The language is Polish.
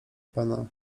pana